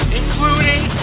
including